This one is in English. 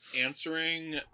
answering